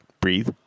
breathe